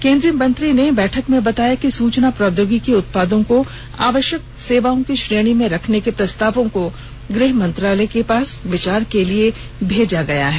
केन्द्रीय मंत्री ने बैठक में बताया कि सूचना प्रौद्योगिकी उत्पादों को आवश्यक सेवाओं की श्रेणी में रखने के प्रस्तावों को गृह मंत्रालय के विचार के लिए भेजा गया है